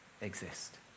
exist